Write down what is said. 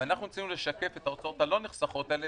ואנחנו צריכים לשקף את ההוצאות הלא נחסכות האלה